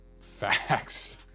Facts